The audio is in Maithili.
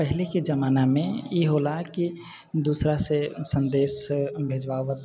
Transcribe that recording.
पहिलेके जमानामे ई होला कि दोसरासँ सन्देश भेजबा